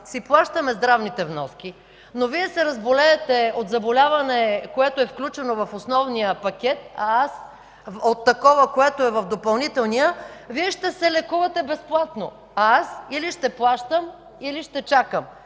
си плащаме здравните вноски, но Вие се разболеете от заболяване, включено в основния пакет, а аз – от такова от допълнителния пакет, Вие ще се лекувате безплатно, а аз или ще плащам, или ще чакам.